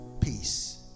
peace